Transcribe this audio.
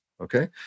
Okay